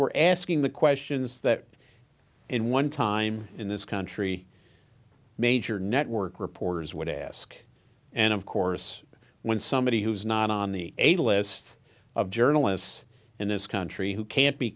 were asking the questions that in one time in this country major network reporters would ask and of course when somebody who's not on the a list of journalists in this country who can't be